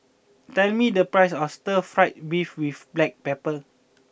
tell me the price of Stir Fried Beef with Black Pepper